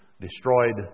destroyed